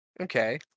Okay